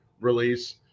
release